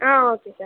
ah okay sir